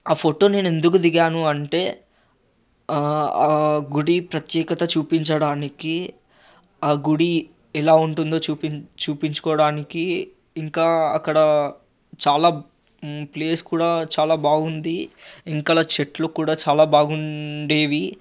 ఆ ఫొటో నేను ఎందుకు దిగాను అంటే గుడి ప్రత్యేకత చూపించడానికి ఆ గుడి ఎలా ఉంటుందో చూపిం చూపించుకోడానికి ఇంకా అక్కడ చాలా ప్లేస్ కూడా చాలా బాగుంది ఇంకా అలా చెట్లు కూడా చాలా బాగుండేవి